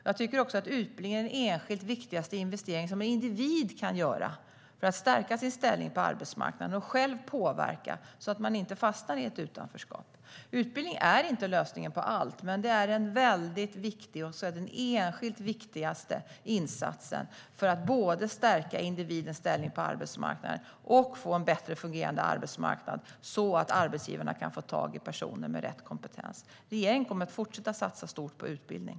Jag tycker också att utbildning är den enskilt viktigaste investering som en individ kan göra för att stärka sin ställning på arbetsmarknaden och själv påverka så att man inte fastnar i ett utanförskap. Utbildning är inte lösningen på allt, men det är den enskilt viktigaste insatsen för att både stärka individens ställning på arbetsmarknaden och få en bättre fungerande arbetsmarknad så att arbetsgivarna kan få tag i personer med rätt kompetens. Regeringen kommer att fortsätta satsa stort på utbildning.